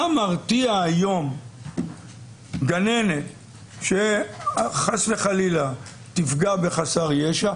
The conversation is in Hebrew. מה מרתיע היום גננת שחס וחלילה תפגע בחסר ישע,